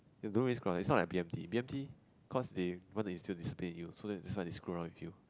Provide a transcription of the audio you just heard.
you don't really screw up its not like B_M_T B_M_T cause they cause they still discipline you so they that's why they screw around with you